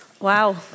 Wow